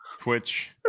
Twitch